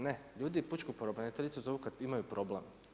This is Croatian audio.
Ne, ljudi Pučku pravobraniteljicu zovu kad imaju problem.